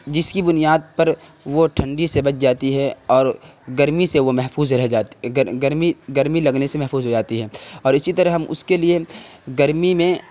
جس کی بنیاد پر وہ ٹھنڈی سے بچ جاتی ہے اور گرمی سے وہ محفوظ رہ جاتی گرمی گرمی لگنے سے محفوظ ہو جاتی ہے اور اسی طرح ہم اس کے لیے گرمی میں